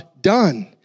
done